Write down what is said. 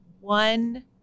one